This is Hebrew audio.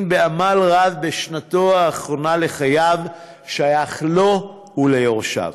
בעמל רב בשנתו האחרונה לחייו שייך לו וליורשיו.